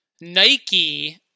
Nike